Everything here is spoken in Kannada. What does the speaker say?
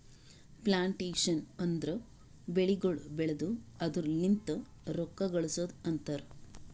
ಪ್ಲಾಂಟೇಶನ್ ಅಂದುರ್ ಬೆಳಿಗೊಳ್ ಬೆಳ್ದು ಅದುರ್ ಲಿಂತ್ ರೊಕ್ಕ ಗಳಸದ್ ಅಂತರ್